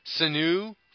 Sanu